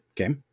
Okay